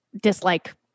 dislike